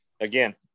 Again